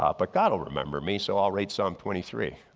um but god will remember me. so i'll read psalm twenty three.